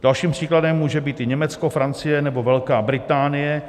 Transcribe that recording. Dalším příkladem může být i Německo, Francie nebo Velká Británie.